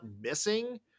missing